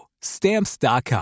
Stamps.com